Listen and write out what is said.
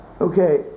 Okay